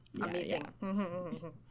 amazing